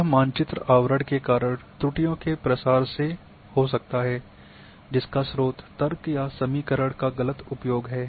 यह मानचित्र आवरण के कारण त्रुटियों के प्रसार से हो सकता है जिसका स्रोत तर्क या समीकरण का गलत उपयोग है